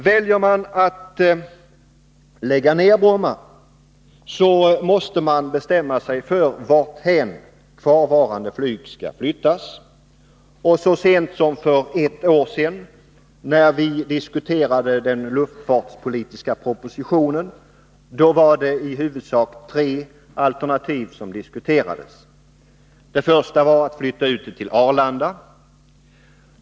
Väljer man att lägga ner Bromma, måste man bestämma sig för varthän kvarvarande flyg skall flyttas. När vi så sent som för ett år sedan diskuterade den luftfartspolitiska propositionen fanns det i huvudsak tre alternativ: 1. Utflyttning till Arlanda.